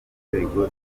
nzego